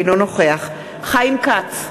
אינו נוכח חיים כץ,